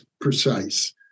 precise